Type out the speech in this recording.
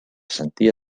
sentia